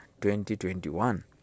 2021